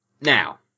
Now